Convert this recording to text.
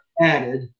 added